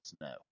no